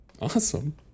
Awesome